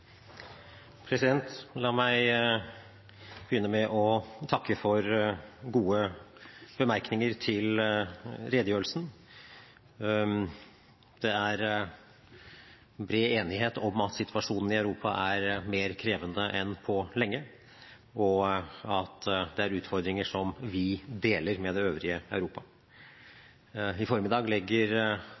overfor. La meg begynne med å takke for gode bemerkninger til redegjørelsen. Det er bred enighet om at situasjonen i Europa er mer krevende enn på lenge, og at det er utfordringer som vi deler med det øvrige Europa. I formiddag legger